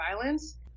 violence